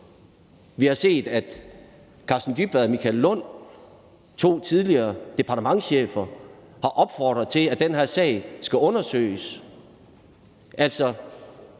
Vi har set, at Karsten Dybvad og Michael Lunn, to tidligere departementschefer, har opfordret til, at den her sag skal undersøges.